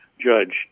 Judge